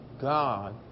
God